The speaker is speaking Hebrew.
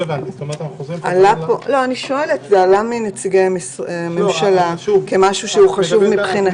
זה עלה מנציגי הממשלה כמשהו שחשוב מבחינתם.